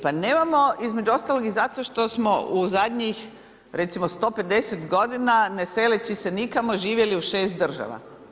Pa nemamo između ostalog, i zato što smo u zadnjih recimo 150 godina ne seleći se nikamo živjeli u 6 država.